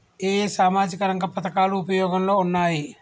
ఏ ఏ సామాజిక రంగ పథకాలు ఉపయోగంలో ఉన్నాయి?